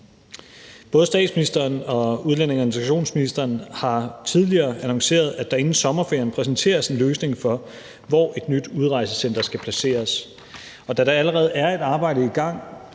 Både statsministeren og udlændinge- og integrationsministeren har tidligere annonceret, at der inden sommerferien præsenteres en løsning for, hvor et nyt udrejsecenter skal placeres, og da der allerede er et arbejde i gang